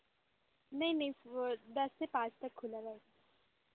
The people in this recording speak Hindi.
नहीं नहीं वह दस से पाँच तक खुला रहे